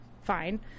fine